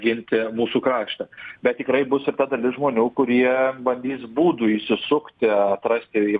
ginti mūsų kraštą bet tikrai bus ir ta dalis žmonių kurie bandys būdų išsisukti atrasti